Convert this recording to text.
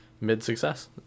mid-success